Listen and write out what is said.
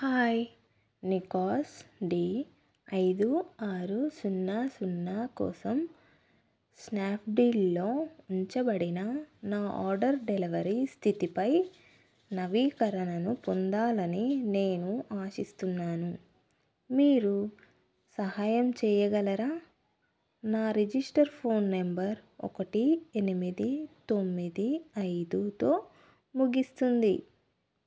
hi Nikon D ఐదు ఆరు సున్నా సున్నా కోసం స్నాప్డీలో ఉంచబడిన నా ఆర్డర్ డెలివరీ స్థితిపై నవీకరణను పొందాలని నేను ఆశిస్తున్నాను మీరు సహాయం చేయగలరా నా రిజిస్టర్డ్ ఫోన్ నెంబర్ ఒకటి ఎనిమిది తొమ్మిది ఐదుతో ముగుస్తుంది